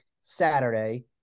Saturday